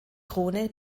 krone